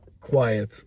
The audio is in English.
quiet